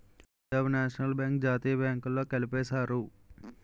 Punjab national bank జాతీయ బ్యాంకుల్లో కలిపేశారు